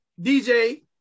DJ